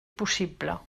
possible